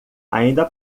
ainda